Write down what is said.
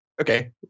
Okay